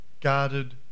guarded